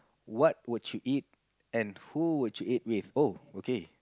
what would you eat and who would you eat with oh okay